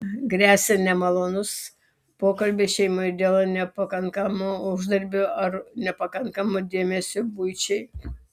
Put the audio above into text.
gresia nemalonūs pokalbiai šeimoje dėl nepakankamo uždarbio ar nepakankamo dėmesio buičiai